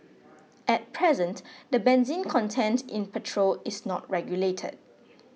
at present the benzene content in petrol is not regulated